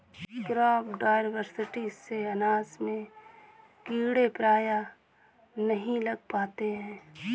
crop diversity से अनाज में कीड़े प्रायः नहीं लग पाते हैं